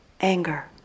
anger